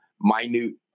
minute